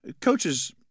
Coaches